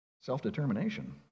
self-determination